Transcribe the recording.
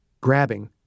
grabbing